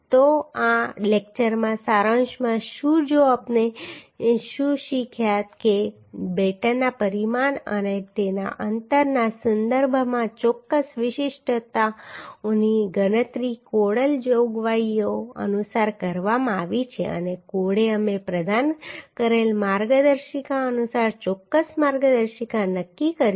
તો આ લેક્ચરમાં સારાંશમાં શું જો આપણે શું શીખ્યા કે બેટનના પરિમાણ અને તેના અંતરના સંદર્ભમાં ચોક્કસ વિશિષ્ટતાઓની ગણતરી કોડલ જોગવાઈઓ અનુસાર કરવામાં આવી છે અને કોડે અમે પ્રદાન કરેલ માર્ગદર્શિકા અનુસાર ચોક્કસ માર્ગદર્શિકા નક્કી કરી છે